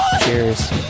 Cheers